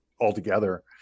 altogether